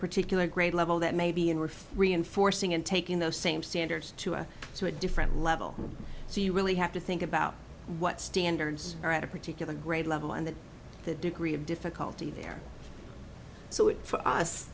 particular grade level that may be and worth reinforcing and taking those same standards to a so a different level so you really have to think about what standards are at a particular grade level and then the degree of difficulty there so it for us